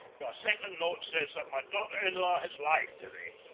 your second note says that my daughter-in-law has lied to me.